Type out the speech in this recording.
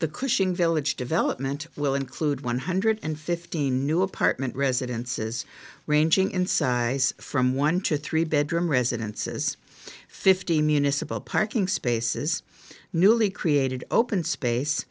the cushing village development will include one hundred fifteen new apartment residences ranging in size from one to three bedroom residences fifty municipal parking spaces newly created open space